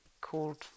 called